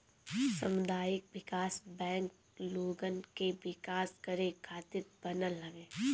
सामुदायिक विकास बैंक लोगन के विकास करे खातिर बनल हवे